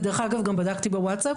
ודרך אגב גם בדקתי בווטסאפ,